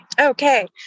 Okay